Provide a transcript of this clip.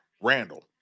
Randall